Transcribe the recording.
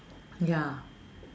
ya